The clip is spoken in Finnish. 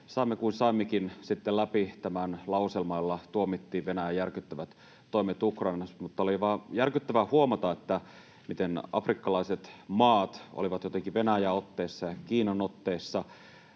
saimme kuin saimmekin sitten läpi tämän lauselman, jolla tuomittiin Venäjän järkyttävät toimet Ukrainassa. Mutta oli vain järkyttävää huomata, miten afrikkalaiset maat olivat jotenkin Venäjän otteessa ja Kiinan otteessa.